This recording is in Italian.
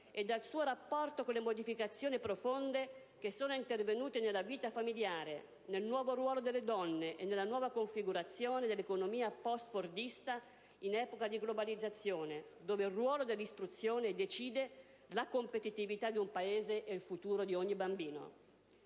e dal suo rapporto con le modificazioni profonde che sono intervenute nella vita familiare, nel nuovo ruolo delle donne e nella nuova configurazione dell'economia *post*-fordista in epoca di globalizzazione, dove il ruolo dell'istruzione decide la competitività di un Paese e il futuro di ogni bambino.